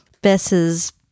Bess's